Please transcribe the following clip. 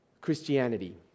Christianity